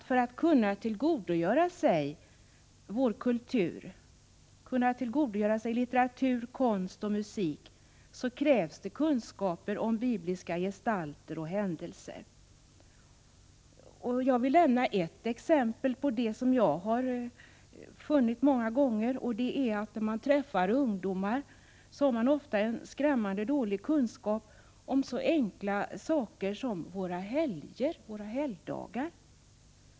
För att kunna tillgodogöra sig vår kultur — litteratur, konst och musik — behövs det kunskaper om bibliska gestalter och händelser. Jag vill nämna ett exempel på detta som jag har mött många gånger. Ungdomar har ofta skrämmande dåliga kunskaper om något så enkelt som våra helgdagar.